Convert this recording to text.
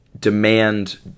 demand